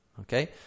Okay